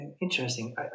interesting